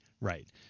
Right